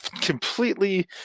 completely